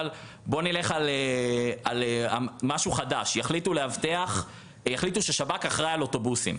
נלך על משהו חדש: יחליטו שהשב"כ אחראי על האוטובוסים.